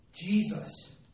Jesus